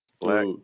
Black